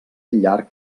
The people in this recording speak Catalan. llarg